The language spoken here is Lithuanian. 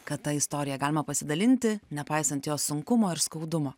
kad ta istorija galima pasidalinti nepaisant jos sunkumo ir skaudumo